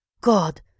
God